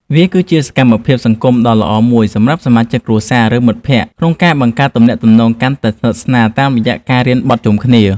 វាគឺជាសកម្មភាពសង្គមដ៏ល្អមួយសម្រាប់សមាជិកគ្រួសារ ឬមិត្តភក្តិ ក្នុងការបង្កើតទំនាក់ទំនងកាន់តែស្និទ្ធស្នាលតាមរយៈការរៀនបត់ជុំគ្នា។